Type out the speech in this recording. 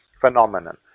phenomenon